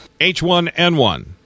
H1N1